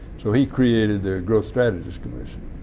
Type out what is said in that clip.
so he created the growth strategies commission